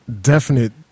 definite